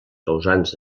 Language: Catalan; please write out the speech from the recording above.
causants